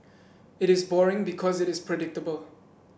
it is boring because it is predictable